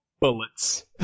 bullets